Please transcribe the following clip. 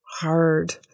hard